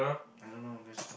I don't know that's not